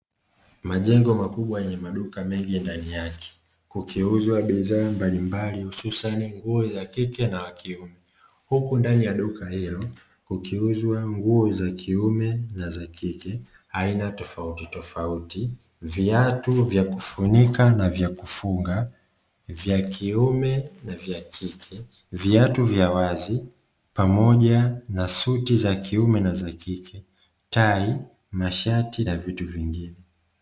Majengo makubwa yenye maduka mengi, ndani yake kukiuzwa bidhaa mbalimbali hususan nguo za kike na za kiume, huku ndani ya duka hilo kukiuzwa nguo za kiume na za kike aina tofauti tofauti, viatu vya kufunika na vya kufunga vya kiume na vya kike viatu vya wazi pamoja na suti za kiume na za kike tai masharti na vitu vingine.